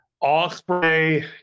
Osprey